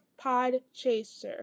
Podchaser